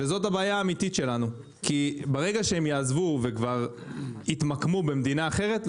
זאת הבעיה האמיתית שלנו כי ברגע שהם יעזבו ויתמקמו במדינה אחרת,